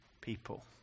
people